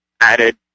added